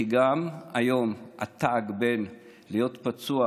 כי גם היום התג בין להיות פצוע,